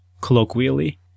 colloquially